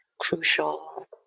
crucial